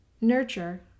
nurture